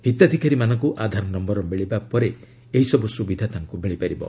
ହିତାଧିକାରୀଙ୍କ ଆଧାର ନମ୍ବର ମିଳିବା ପରେ ଏହି ସବୁ ସୁବିଧା ତାଙ୍କୁ ମିଳିପାରିବ